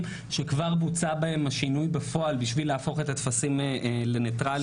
שכבר בוצע בהם השינוי בפועל בשביל להפוך את הטפסים לניטרליים.